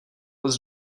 was